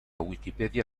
wikipedia